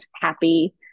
happy